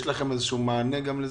יש לכם איזה מענה לזה?